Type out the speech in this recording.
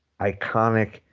iconic